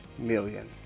million